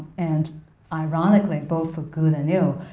and ironically, both for good and ill,